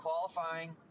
qualifying